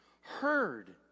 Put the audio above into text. heard